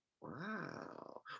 Wow